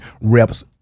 reps